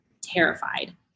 terrified